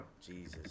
Jesus